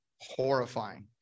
horrifying